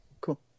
Cool